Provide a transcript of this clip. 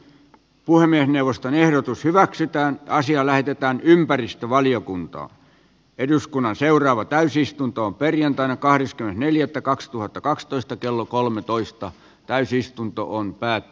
puhemiesneuvoston ehdotus hyväksytään asia lähetetään ympäristövaliokuntaan eduskunnan seuraava täysistuntoon perjantaina kahdeskymmenes eli että kaksituhattakaksitoista kello kolmetoista samoja lääkkeitä